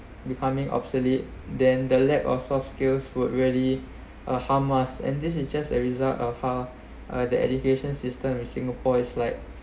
becoming obsolete then the lack of soft skills would really uh harm us and this is just a result of uh the education system in singapore is like